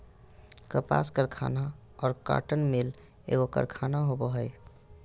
कपास कारखाना और कॉटन मिल एगो कारखाना होबो हइ